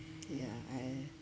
yeah I